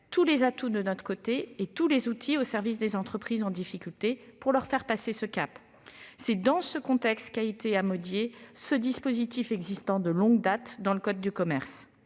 tous les atouts de notre côté et tous les outils au service des entreprises en difficulté pour leur permettre de passer ce cap. Tel est le contexte dans lequel a été amodié ce dispositif existant de longue date dans le code de commerce.